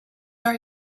are